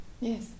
yes